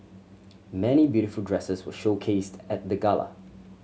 many beautiful dresses were showcased at the gala